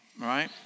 right